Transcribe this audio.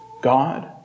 God